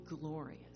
glorious